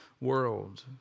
world